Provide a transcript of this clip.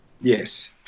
Yes